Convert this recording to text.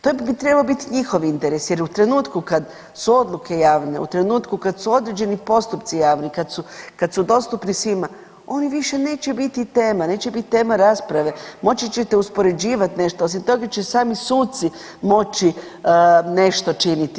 To bi trebao bit njihov interes jer u trenutku kad su odluke javne, u trenutku kad su određeni postupci javni, kad su, kad su dostupni svima oni više neće biti tema, neće bit tema rasprave, moći ćete uspoređivat nešto, osim toga će sami suci moći nešto činiti.